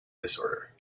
disorder